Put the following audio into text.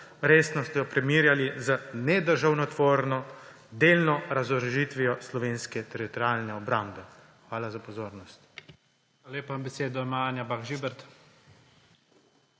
resnostjo primerjali z nedržavotvorno delno razorožitvijo slovenske Teritorialne obrambe. Hvala za pozornost.